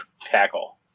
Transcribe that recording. tackle